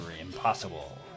impossible